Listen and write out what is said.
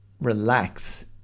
relax